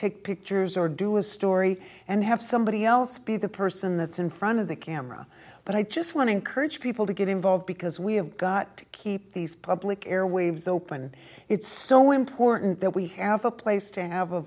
take pictures or do a story and have somebody else be the person that's in front of the camera but i just want to courage people to get involved because we have got to keep these public airwaves open it's so important that we have a place to have a